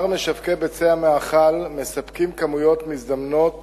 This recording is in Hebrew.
כמה משווקי ביצי מאכל מספקים כמויות מזדמנות